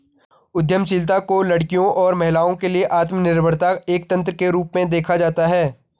उद्यमशीलता को लड़कियों और महिलाओं के लिए आत्मनिर्भरता एक तंत्र के रूप में देखा जाता है